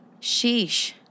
Sheesh